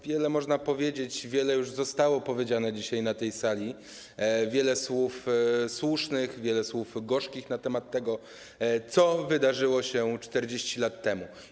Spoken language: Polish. Wiele można powiedzieć, wiele już zostało powiedziane dzisiaj na tej sali, wiele słów słusznych, wiele słów gorzkich na temat tego, co wydarzyło się 40 lat temu.